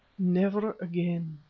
never again,